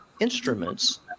instruments